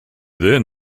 then